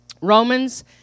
Romans